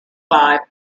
five